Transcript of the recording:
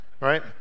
right